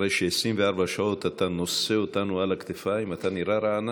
אחרי ש-24 שעות אתה נושא אותנו על הכתפיים אתה נראה רענן.